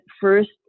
first